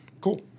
cool